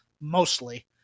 mostly